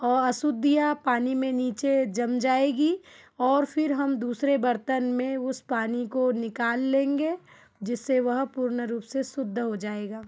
अशुद्धियाँ पानी में नीचे जम जाएगी और फिर हम दूसरे बर्तन में उस पानी को निकाल लेंगे जिससे वह पूर्ण रूप से शुद्ध हो जाएगा